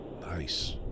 Nice